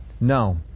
no